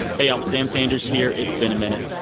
hey all. sam sanders here. it's been a minute.